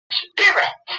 spirit